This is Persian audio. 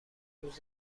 روز